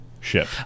ship